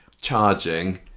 charging